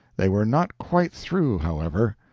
they were not quite through, however.